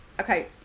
okay